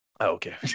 Okay